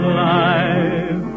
life